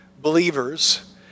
believers